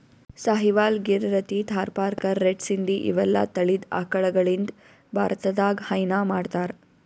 Sahiwal, Gir, Rathi, Tharparkar, red Sindhi ಇವೆಲ್ಲಾ ತಳಿದ್ ಆಕಳಗಳಿಂದ್ ಭಾರತದಾಗ್ ಹೈನಾ ಮಾಡ್ತಾರ್